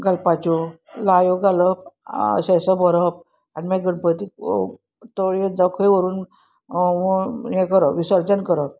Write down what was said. घालपाच्यो ल्हायो घालप शेसो भरप आनी मागीर गणपतीक तळयेन जावं खंय व्हरून हें करप विसर्जन करप